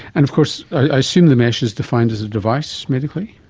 and of course i assume the mesh is defined as a device medically?